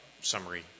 summary